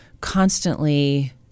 constantly